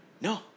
No